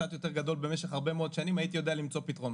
קצת יותר גדול במשך הרבה מאוד שנים הייתי יודע למצוא פתרונות,